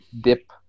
dip